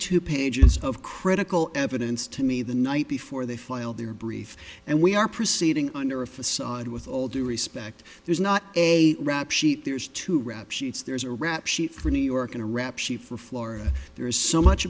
two pages of critical evidence to me the night before they filed their brief and we are proceeding under a facade with all due respect there's not a rap sheet there's two rap sheets there's a rap sheet for new york and a rap sheet for florida there is so much